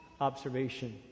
observation